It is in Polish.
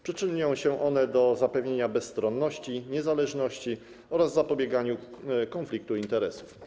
Przyczynią się one do zapewnienia bezstronności, niezależności oraz zapobiegania konfliktom interesów.